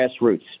grassroots